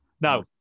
Now